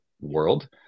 world